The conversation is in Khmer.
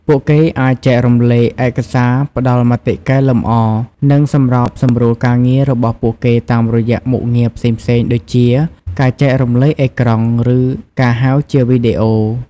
ពួកគេអាចចែករំលែកឯកសារ ផ្ដល់មតិកែលម្អ និងសម្របសម្រួលការងាររបស់ពួកគេតាមរយៈមុខងារផ្សេងៗដូចជាការចែករំលែកអេក្រង់ ឬការហៅជាវីដេអូ។